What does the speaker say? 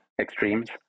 extremes